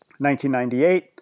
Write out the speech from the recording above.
1998